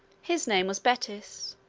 his name was betis.